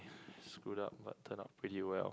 screwed up but turned out pretty well